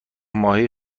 ماهی